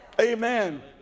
Amen